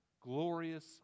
glorious